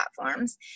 platforms